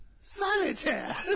Solitaire